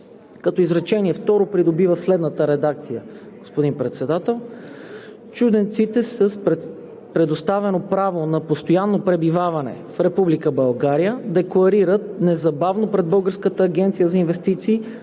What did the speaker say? като изречение второ придобива следната редакция, господин Председател: „Чужденците с предоставено право на постоянно пребиваване в Република България декларират незабавно пред Българската агенция за инвестиции